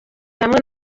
hamwe